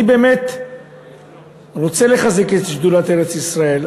אני באמת רוצה לחזק את שדולת ארץ-ישראל.